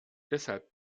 deshalb